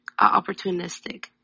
opportunistic